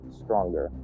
stronger